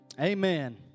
Amen